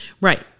Right